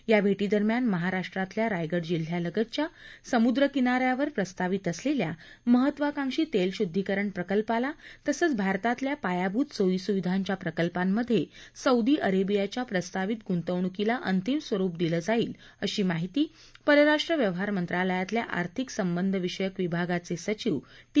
या भेटीदरम्यान महाराष्ट्रातल्या रायगड जिल्ह्यालगतच्या समुद्र किनाऱ्यावर प्रस्तावित असलेल्या महत्वाकांक्षी रिफायनरी प्रकल्पाला तसंच भारतातल्या पायाभूत सोयी सुविधांच्या प्रकल्पांमध्ये सौदी अरेबियाच्या प्रस्तावित गुंतवणूकीला अंतिम स्वरुप दिलं जाईल अशी माहिती परराष्ट्र व्यवहार मंत्रालयातल्या आर्थिक संबंधविषयक विभागाचे सचिव टी